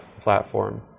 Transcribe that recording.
platform